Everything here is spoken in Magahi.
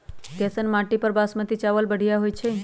कैसन माटी पर बासमती चावल बढ़िया होई छई?